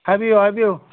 ꯍꯥꯏꯕꯤꯌꯨ ꯍꯥꯏꯕꯤꯌꯨ